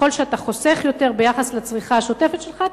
ככל שאתה חוסך יותר ביחס לצריכה השוטפת שלך,